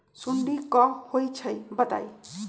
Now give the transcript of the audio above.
सुडी क होई छई बताई?